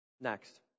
Next